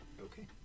Okay